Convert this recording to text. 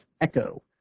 Echo